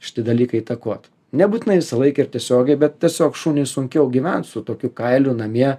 šitie dalykai įtakot nebūtinai visą laiką ir tiesiogiai bet tiesiog šunį sunkiau gyvent su tokiu kailiu namie